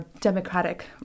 democratic